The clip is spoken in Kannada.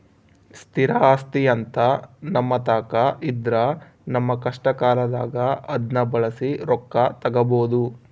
ಸ್ಥಿರ ಆಸ್ತಿಅಂತ ನಮ್ಮತಾಕ ಇದ್ರ ನಮ್ಮ ಕಷ್ಟಕಾಲದಾಗ ಅದ್ನ ಬಳಸಿ ರೊಕ್ಕ ತಗಬೋದು